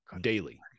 daily